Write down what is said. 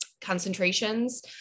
concentrations